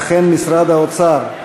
אכן, משרד האוצר.